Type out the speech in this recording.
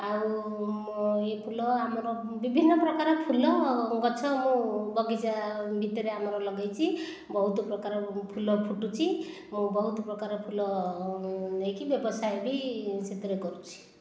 ଆଉ ମୋ' ଇଏ ଫୁଲ ଆମର ବିଭିନ୍ନ ପ୍ରକାର ଫୁଲ ଗଛ ମୁଁ ବଗିଚା ଭିତରେ ଆମର ଲଗେଇଛି ବହୁତ ପ୍ରକାର ଫୁଲ ଫୁଟୁଛି ମୁଁ ବହୁତ ପ୍ରକାର ଫୁଲ ନେଇକି ବ୍ୟବସାୟ ବି ସେଥିରେ କରୁଛି